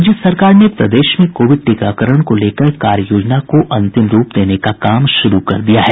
राज्य सरकार ने प्रदेश में कोविड टीकाकरण को लेकर कार्य योजना को अंतिम रूप देने का काम शुरू कर दिया है